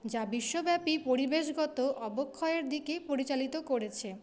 যা বিশ্বব্যাপী পরিবেশগত অবক্ষয়ের দিকেই পরিচালিত করেছে